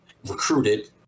recruited